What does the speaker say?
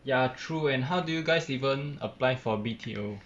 ya true and how did you guys even apply for B_T_O